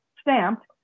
stamped